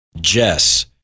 Jess